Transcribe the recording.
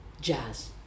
jazz